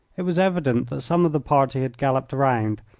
it was evident that some of the party had galloped round,